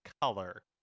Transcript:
color